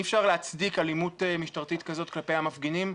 אי אפשר להצדיק אלימות משטרתית כזאת כלפי המפגינים,